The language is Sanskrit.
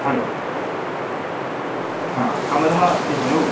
हलो ह कमलः अस्ति खलु